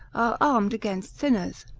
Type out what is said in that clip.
are armed against sinners.